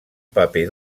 paper